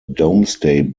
domesday